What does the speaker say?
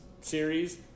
series